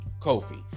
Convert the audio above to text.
Kofi